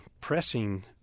pressing